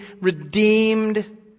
redeemed